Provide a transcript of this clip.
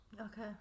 Okay